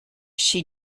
she